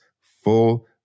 full